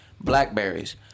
blackberries